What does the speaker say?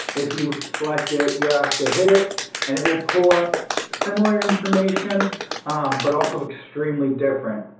if you select it, you'll have to hit it and it will pull up similar information but also extremely different.